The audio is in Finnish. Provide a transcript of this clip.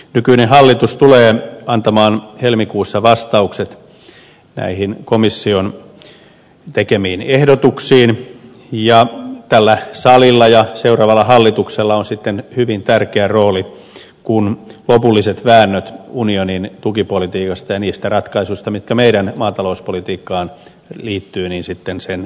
nykyinen hallitus tulee antamaan helmikuussa vastaukset näihin komission tekemiin ehdotuksiin ja tällä salilla ja seuraavalla hallituksella on sitten hyvin tärkeä rooli kun lopulliset väännöt tehdään unionin tukipolitiikasta ja niistä ratkaisuista mitkä meidän maatalouspolitiikkaamme liittyvät sen jälkeen